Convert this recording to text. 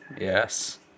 Yes